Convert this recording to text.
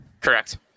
Correct